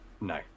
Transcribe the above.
No